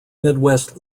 midwest